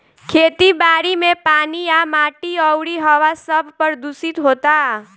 खेती बारी मे पानी आ माटी अउरी हवा सब प्रदूशीत होता